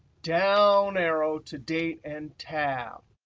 down arrow to date and tab.